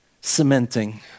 Cementing